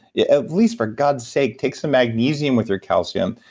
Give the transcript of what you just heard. yeah at least for god's sakes take some magnesium with your calcium,